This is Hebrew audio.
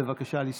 בבקשה לספור.